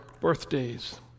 birthdays